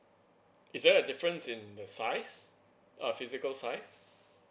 is there a difference in the size uh physical size